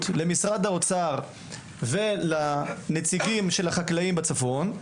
למשרד האוצר ולנציגים של החקלאים בצפון,